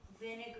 vinegar